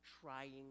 trying